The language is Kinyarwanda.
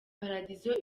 paradizo